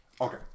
Okay